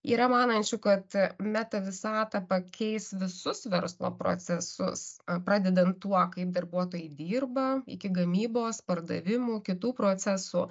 yra manančių kad meta visata pakeis visus verslo procesus pradedant tuo kaip darbuotojai dirba iki gamybos pardavimų kitų procesų